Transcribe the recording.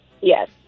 Yes